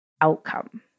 outcome